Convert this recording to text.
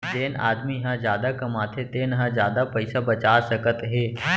जेन आदमी ह जादा कमाथे तेन ह जादा पइसा बचा सकत हे